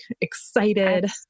excited